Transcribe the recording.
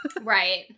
right